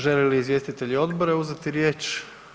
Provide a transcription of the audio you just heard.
Žele li izvjestitelji odbora uzeti riječ?